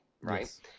right